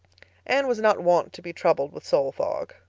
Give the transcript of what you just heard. anne was not wont to be troubled with soul fog.